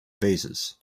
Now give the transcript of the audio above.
vases